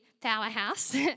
Powerhouse